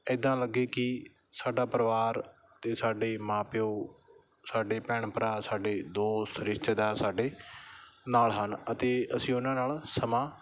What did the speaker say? ਇੱਦਾਂ ਲੱਗੇ ਕਿ ਸਾਡਾ ਪਰਿਵਾਰ ਅਤੇ ਸਾਡੇ ਮਾਂ ਪਿਓ ਸਾਡੇ ਭੈਣ ਭਰਾ ਸਾਡੇ ਦੋਸਤ ਰਿਸ਼ਤੇਦਾਰ ਸਾਡੇ ਨਾਲ ਹਨ ਅਤੇ ਅਸੀਂ ਉਹਨਾਂ ਨਾਲ ਸਮਾਂ